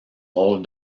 rôle